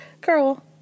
Girl